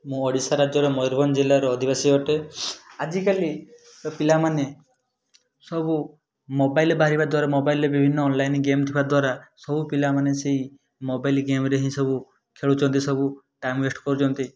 ମୁଁ ଓଡ଼ିଶା ରାଜ୍ୟର ମୟୂରଭଞ୍ଜ ଜିଲ୍ଲାର ଅଧିବାସୀ ଅଟେ ଆଜିକାଲିର ପିଲାମାନେ ସବୁ ମୋବାଇଲ୍ ବାହାରିବା ଦ୍ଵାରା ମୋବାଇଲ୍ରେ ବିଭିନ୍ନ ଅନଲାଇନ୍ ଗେମ୍ ଥିବା ଦ୍ଵାରା ସବୁ ପିଲାମାନେ ସେହି ମୋବାଇଲ୍ ଗେମ୍ରେ ହିଁ ସବୁ ଖେଳୁଛନ୍ତି ସବୁ ଟାଇମ୍ ୱେଷ୍ଟ୍ କରୁଛନ୍ତି